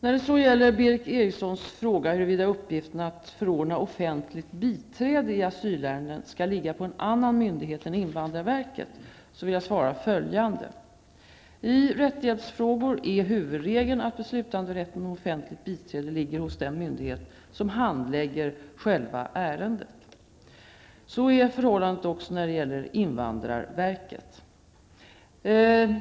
När det så gäller Berith Erikssons fråga huruvida uppgiften att förordna offentligt biträde i asylärenden skall ligga på annan myndighet än invandrarverket, vill jag svara följande. I rättshjälpsfrågor är huvudregeln att beslutanderätten om offentligt biträde ligger hos den myndighet som handlägger själva ärendet. Så är förhållandet också när det gäller invandrarverket.